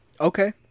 Okay